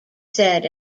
said